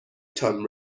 tam